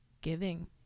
giving